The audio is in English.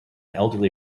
elderly